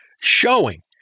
showing